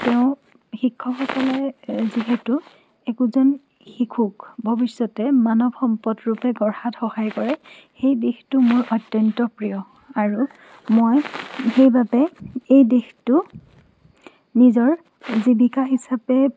তেওঁ শিক্ষকসকলে যিহেতু এজন শিশুক ভৱিষ্যতে মানৱসম্পদৰূপে গঢ়াত সহায় কৰে সেই দিশটো মোৰ অত্যন্ত প্ৰিয় আৰু মই সেইবাবে এই দিশটো নিজৰ জীৱিকা হিচাপে